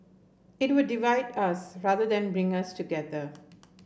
it would divide us rather than bring us together